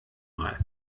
mal